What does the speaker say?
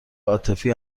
عاطفی